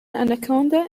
anaconda